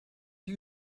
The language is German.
die